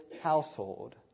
household